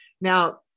Now